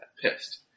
Pissed